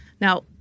Now